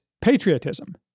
patriotism